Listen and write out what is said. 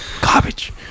garbage